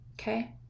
Okay